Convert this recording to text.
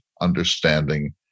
understanding